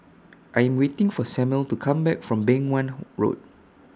I Am waiting For Samuel to Come Back from Beng Wan Road